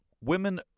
women